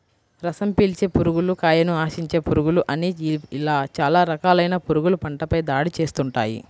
రసం పీల్చే పురుగులు, కాయను ఆశించే పురుగులు అని ఇలా చాలా రకాలైన పురుగులు పంటపై దాడి చేస్తుంటాయి